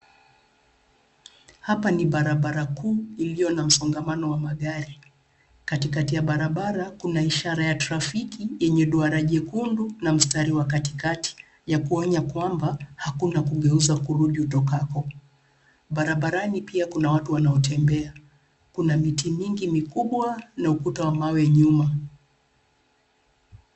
Hapa ni barabara kuu iliyo na msongamano wa magari. Katikati ya barabara, kuna ishara ya trafiki yenye duara jekundu na mstari wa katikati, ya kuonya kwamba hakuna kugeuza kurudi utokako. Barabarani pia kuna watu wanaotembea. Kuna miti mingi mikubwa na ukuta wa mawe nyuma.